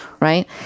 right